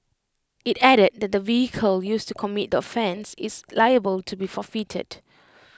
IT added that the vehicle used to commit the offence is liable to be forfeited